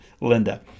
Linda